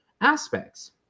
aspects